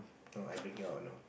know I bring him out you know